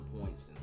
points